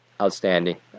Outstanding